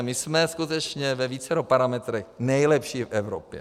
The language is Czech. My jsme skutečně ve vícero parametrech nejlepší v Evropě.